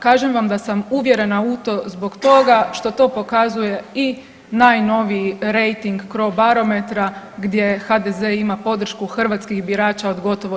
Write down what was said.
Kažem vam da sam uvjerena u to zbog toga što to pokazuje i najnoviji rejting crobarometra gdje HDZ ima podršku hrvatskih birača od gotovo 31%